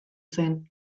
zen